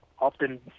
often